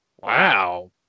Wow